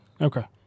Okay